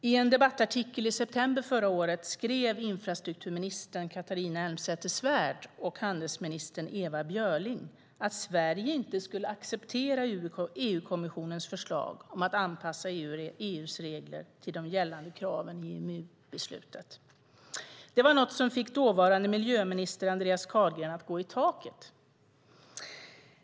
I en debattartikel i september förra året skrev infrastrukturminister Catharina Elmsäter-Svärd och handelsminister Ewa Björling att Sverige inte skulle acceptera EU-kommissionens förslag om att anpassa EU:s regler till de gällande kraven i IMO-beslutet. Det var något som fick dåvarande miljöminister Andreas Carlgren att gå i taket.